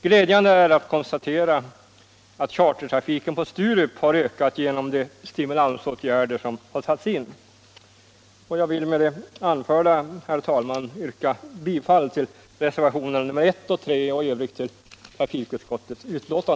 Glädjande är att konstatera att chartertrafiken på Sturup har ökat genom de stimulansåtgärder som satts in.